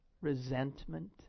resentment